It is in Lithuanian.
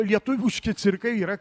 lietuviški cirkai yra